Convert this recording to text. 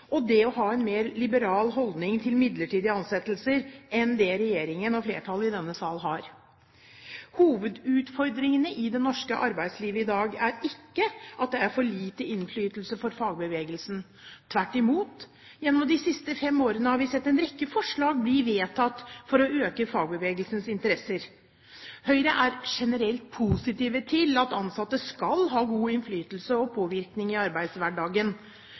og det å ha en mer liberal holdning til midlertidige ansettelser enn det regjeringen og flertallet i denne sal har. Hovedutfordringene i det norske arbeidslivet i dag er ikke at det er for lite innflytelse for fagbevegelsen – tvert imot. Gjennom de siste fem årene har vi sett en rekke forslag bli vedtatt for å møte fagbevegelsens interesser. Høyre er generelt positive til at ansatte skal ha god innflytelse og påvirkning i arbeidshverdagen.